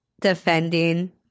defending